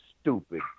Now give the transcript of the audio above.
stupid